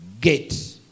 gate